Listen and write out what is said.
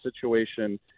situation